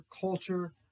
culture